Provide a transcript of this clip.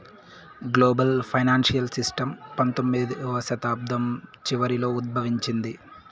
global financial system పంతొమ్మిదవ శతాబ్దం చివరలో ఉద్భవించింది